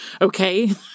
okay